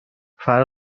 فرق